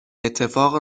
اتفاق